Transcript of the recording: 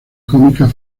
cómica